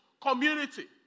community